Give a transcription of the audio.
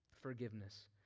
forgiveness